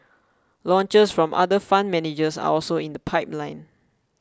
launches from other fund managers are also in the pipeline